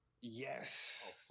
Yes